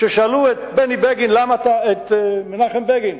כששאלו את מנחם בגין: